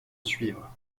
suivre